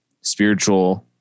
spiritual